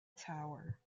tower